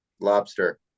Lobster